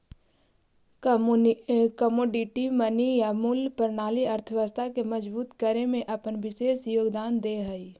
commodity money या मूल्य प्रणाली अर्थव्यवस्था के मजबूत करे में अपन विशेष योगदान दे हई